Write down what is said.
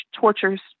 tortures